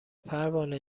پروانه